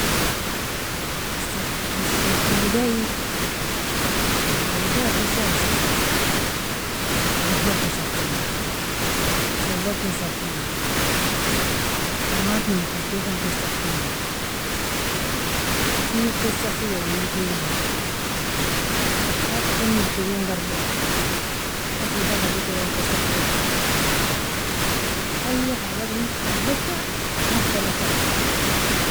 - masfan faidiae, awalinkeelka ken shiaga safinami, gahwa ken safinami, shorba ken safinami, tamatimga khaltokan ken safinami, swo ken safija, walikenami marat ken norty garbero, asidaga adlikon ken safiro, ay hajaga oin adlika masfalog safiro.